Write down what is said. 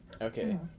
Okay